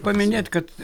paminėt kad